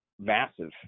massive